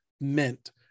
meant